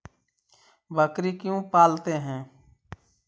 बकरी क्यों पालते है?